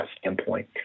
standpoint